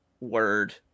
Word